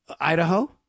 Idaho